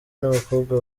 n’abakobwa